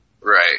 Right